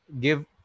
give